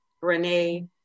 Renee